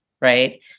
right